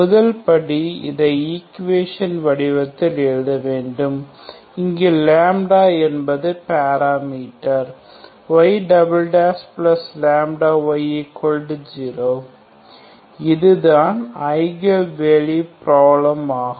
முதல்படி இதை ஈக்குவேசன் வடிவத்தில் எழுத வேண்டும் இங்கு λ என்பது பாராமீட்டர் y λy0 இதுதான் ஐகன் வேல்யூ பிராஃப்லம் ஆகும்